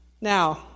Now